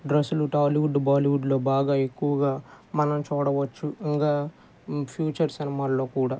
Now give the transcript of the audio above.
డ్రస్సులు టాలీవుడ్ బాలీవుడ్లో బాగా ఎక్కువగా మనం చూడవచ్చు ఇంకా ఫ్యూచర్ సినిమాల్లో కూడా